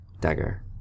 dagger